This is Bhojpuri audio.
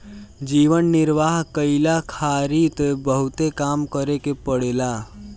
जीवन निर्वाह कईला खारित बहुते काम करे के पड़ेला